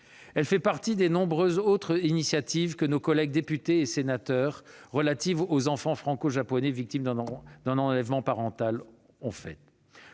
Elle fait partie des nombreuses initiatives de députés et sénateurs relatives aux enfants franco-japonais victimes d'un enlèvement parental.